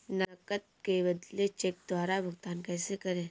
नकद के बदले चेक द्वारा भुगतान कैसे करें?